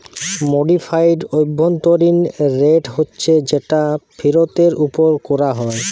modified অভ্যন্তরীণ rate হচ্ছে যেটা ফিরতের উপর কোরা হয়